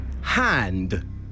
Hand